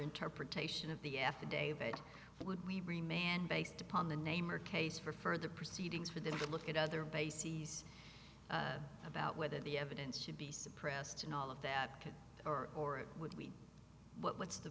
interpretation of the f a day that would be remain and based upon the name or case for further proceedings for them to look at other bases about whether the evidence should be suppressed and all of that could or would we what's the